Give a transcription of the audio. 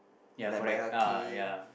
like Baihaki